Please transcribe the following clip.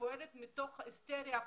שפועלת מתוך היסטריה,